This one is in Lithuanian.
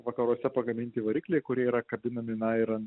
vakaruose pagaminti varikliai kurie yra kabinami na ir ant